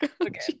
Okay